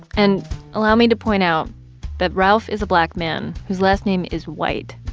and allow me to point out that ralph is a black man whose last name is white.